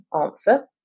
answer